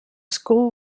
school